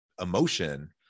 emotion